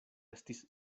estis